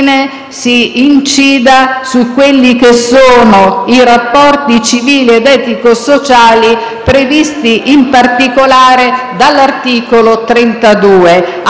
di incidere sui rapporti civili ed etico-sociali previsti in particolare dall'articolo 32